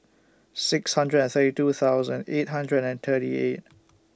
six hundred and thirty two thousand eight hundred and thirty eight